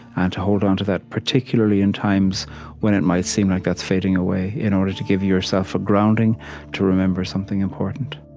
and to hold onto that, particularly in times when it might seem like that's fading away, in order to give yourself a grounding to remember something important